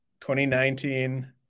2019